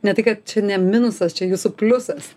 ne tai kad čia ne minusas čia jūsų pliusas